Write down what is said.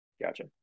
Gotcha